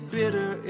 bitter